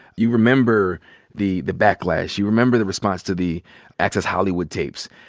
you remember the the backlash, you remember the response to the access hollywood tapes.